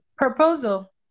Proposal